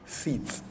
seats